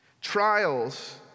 Trials